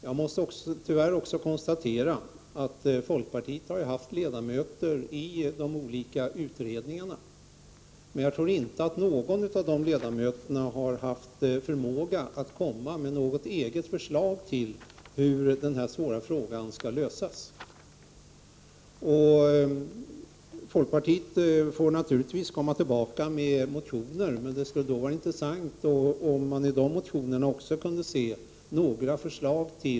Jag måste tyvärr också konstatera att folkpartiet har haft ledamöter i de olika utredningarna men att dessa ledamöter inte har haft förmågan att komma med något eget förslag till hur denna svåra fråga skall lösas. Folkpartiet får naturligtvis komma tillbaka med motioner, men det skulle då vara intressant att i de motionerna se några förslag.